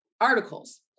articles